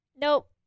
Nope